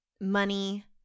money